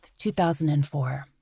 2004